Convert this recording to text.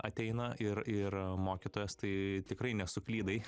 ateina ir ir mokytojas tai tikrai nesuklydai